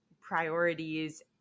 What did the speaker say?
priorities